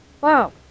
Wow